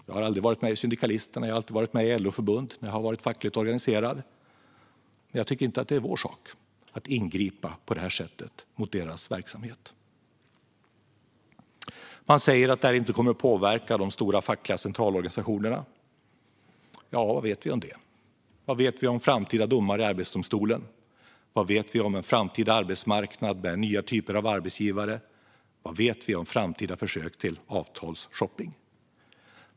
Jag har aldrig varit med i Syndikalisterna, utan har alltid varit med i LO-förbund när jag har varit fackligt organiserad. Men jag tycker inte att det är vår sak att på detta sätt ingripa mot deras verksamhet. Man säger att detta inte kommer att påverka de stora fackliga centralorganisationerna. Vad vet vi om det? Vad vet vi om framtida domar i Arbetsdomstolen? Vad vet vi om en framtida arbetsmarknad med nya typer av arbetsgivare? Vad vet vi om framtida försök till avtalsshopping?